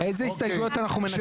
איזה הסתייגויות אנחנו מנמקים?